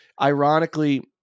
Ironically